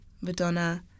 Madonna